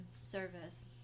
service